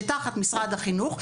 שתחת משרד החינוך,